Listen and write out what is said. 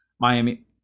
Miami